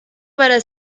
para